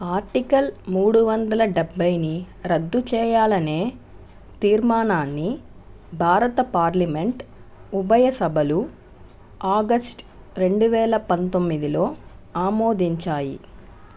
article మూడు వందల డెబైని రద్దు చేయాలనే తీర్మానాన్ని భారత పార్లమెంట్ ఉభయ సభలు ఆగస్టు రెండు వేల పంతొమ్మిదిలో ఆమోదించాయి